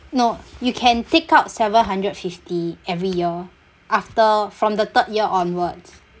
no you can take out seven hundred fifty every year after from the third year onwards